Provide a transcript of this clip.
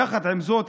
יחד עם זאת,